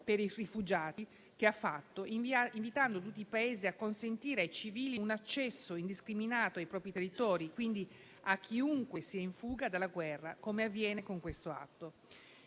per i rifugiati, che ha invitato tutti i Paesi a consentire ai civili un accesso indiscriminato ai propri territori, e quindi a chiunque sia in fuga dalla guerra, come avviene con questo atto;